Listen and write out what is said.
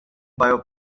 bio